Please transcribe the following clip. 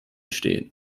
stehen